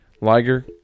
Liger